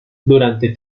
durante